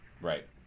Right